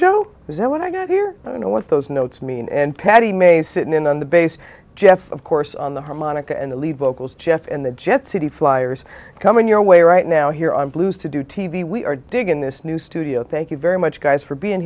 i when i got here i don't know what those notes mean and petty may sit in on the bass jeff of course on the harmonica and leave vocals jeff and the jet city flyers coming your way right now here on blues to do t v we are diggin this new studio thank you very much guys for being